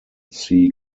sea